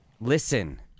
listen